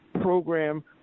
program